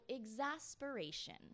exasperation